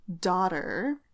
daughter